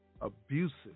abusive